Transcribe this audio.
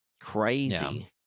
Crazy